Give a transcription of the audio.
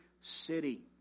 city